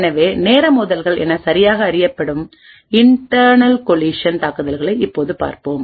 எனவே நேர மோதல்கள் என சரியாக அறியப்படும் இன்டர்ணல் கொலிசன் தாக்குதல்களை இப்போது பார்ப்போம்